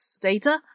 data